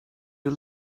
you